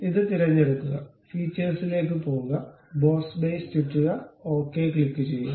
ഇത് തിരഞ്ഞെടുക്കുക ഫീച്ചേഴ്സിലേക്ക് പോകുക ബോസ് ബേസ് ചുറ്റുക ഓക്കേ ക്ലിക്കുചെയ്യുക